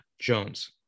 Jones